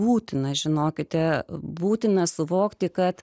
būtina žinokite būtina suvokti kad